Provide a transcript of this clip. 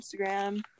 instagram